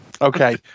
Okay